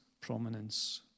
prominence